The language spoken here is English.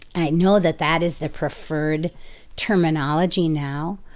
i know that that is the preferred terminology now.